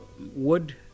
wood